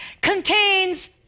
contains